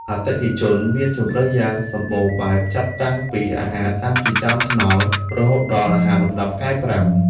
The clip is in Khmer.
អតិថិជនមានជម្រើសយ៉ាងសម្បូរបែបចាប់តាំងពីអាហារតាមចិញ្ចើមថ្នល់រហូតដល់អាហារលំដាប់ផ្កាយប្រាំ។